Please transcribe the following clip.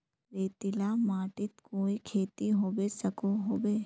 रेतीला माटित कोई खेती होबे सकोहो होबे?